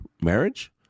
marriage